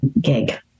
gig